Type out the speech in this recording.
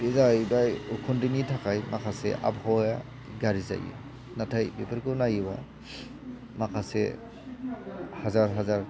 बे जाहैबाय उखुन्दैनि थाखाय माखासे आबहावाया गाज्रि जायो नाथाय बेफोरखौ नायोब्ला माखासे हाजार हाजार